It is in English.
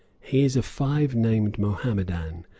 he is a five-named mohammedan,